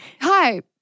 hi